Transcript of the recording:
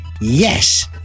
yes